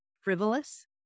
Frivolous